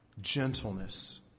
Gentleness